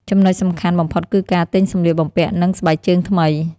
ចំណុចសំខាន់បំផុតគឺការ ទិញសម្លៀកបំពាក់និងស្បែកជើងថ្មី។